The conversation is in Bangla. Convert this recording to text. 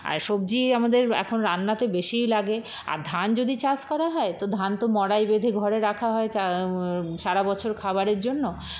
আর সবজি আমাদের এখন রান্নাতে বেশীই লাগে আর ধান যদি চাষ করা হয় তো ধান তো মড়াই বেঁধে ঘরে রাখা হয় চা সারা বছর খাবারের জন্য